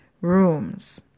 rooms